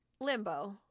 limbo